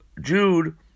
Jude